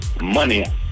money